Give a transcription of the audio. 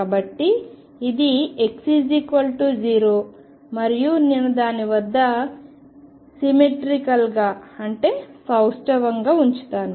కాబట్టి ఇది x0 మరియు నేను దాని వద్ద సిమెట్రికల్ గా సౌష్టవంగా ఉంచుతాను